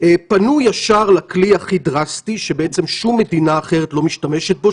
פנו ישר לכלי הכי דרסטי שבעצם שום מדינה אחרת לא משתמשת בו,